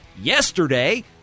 yesterday